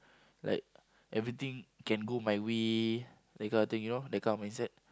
like everything can go my way that kind of thing you know that kind of mindset